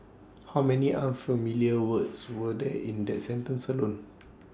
how many unfamiliar words were there in that sentence alone